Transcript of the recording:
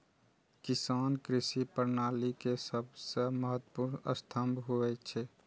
किसान कृषि प्रणाली के सबसं महत्वपूर्ण स्तंभ होइ छै